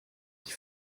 qui